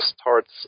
starts